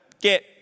get